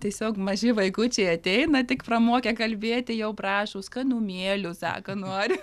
tiesiog maži vaikučiai ateina tik pramokę kalbėti jau prašo skanumėlių sako noriu